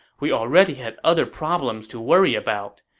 we already had other problems to worry about.